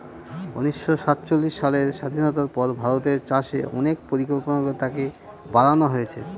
উনিশশো সাতচল্লিশ সালের স্বাধীনতার পর ভারতের চাষে অনেক পরিকল্পনা করে তাকে বাড়নো হয়েছে